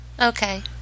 Okay